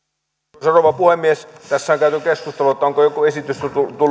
arvoisa rouva puhemies tässä on käyty keskustelua onko joku esitys